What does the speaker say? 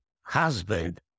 husband